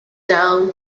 down